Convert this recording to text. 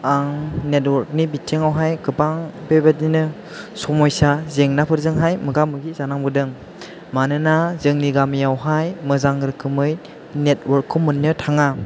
आं नेटवर्कनि बिथिङावहाय गोबां बेबायदिनो समायसा जेंनाफोरजोंहाय मोगा मोगि जानां बोदों मानोना जोंनि गामियावहाय मोजां रोखोमै नेटवर्कखौ मोन्नो थाङा